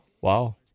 Wow